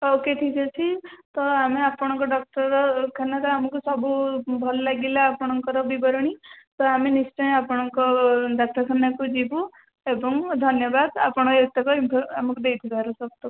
okay ଠିକ୍ ଅଛି ତ ଆମେ ଆପଣଙ୍କ ଡାକ୍ତରଖାନାରେ ଆମକୁ ସବୁ ଭଲ ଲାଗିଲା ଆପଣଙ୍କର ବିବରଣୀ ତ ଆମେ ନିଶ୍ଚୟ ଆପଣଙ୍କ ଡାକ୍ତରଖାନାକୁ ଯିବୁ ଏବଂ ଧନ୍ୟବାଦ ଆପଣ ଏତିକି ଆମକୁ ଦେଇଥିବାରୁ ସବୁତକ